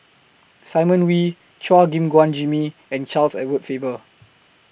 Simon Wee Chua Gim Guan Jimmy and Charles Edward Faber